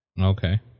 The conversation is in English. Okay